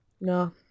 no